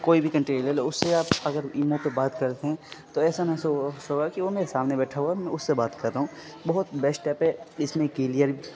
کوئی بھی کنٹری لے لو اس سے آپ اگر ایمو پہ بات کرتے ہیں تو ایسا محسوس ہوگا کہ وہ میرے سامنے بیٹھا ہوا ہے میں اس سے بات کر رہا ہوں بہت بیسٹ ایپ ہے اس میں کیلیئر